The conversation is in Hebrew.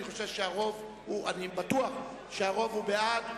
אני בטוח שהרוב הוא בעד,